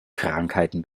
krankheiten